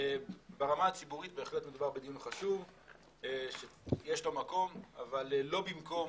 ברמה הציבורית בהחלט מדובר בדיון חשוב שיש לו מקום אבל לא במקום